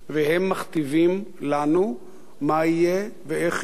והם מכתיבים לנו מה יהיה ואיך יהיה.